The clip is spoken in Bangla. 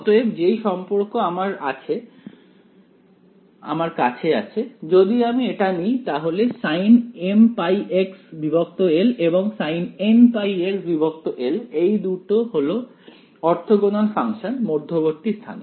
অতএব যেই সম্পর্ক আমার কাছে আছে যদি আমি এটা নিই তাহলে sinmπxl এবং sinnπxl এই দুটি হলো অর্থগণাল ফাংশন মধ্যবর্তী স্থানে